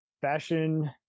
Fashion